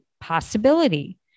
possibility